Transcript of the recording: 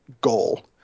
goal